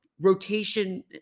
rotation